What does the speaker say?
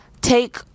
take